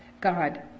God